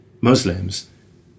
Muslims